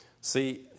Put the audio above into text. See